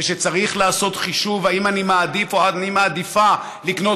ושצריך לעשות חישוב אם אני מעדיף או אני מעדיפה לקנות